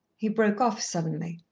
he broke off suddenly.